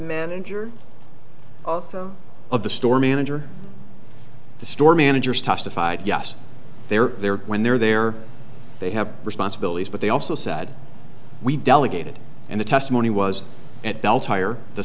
manager of the store manager the store manager is testified yes they're there when they're there they have responsibilities but they also said we delegated and the testimony was at dell tire the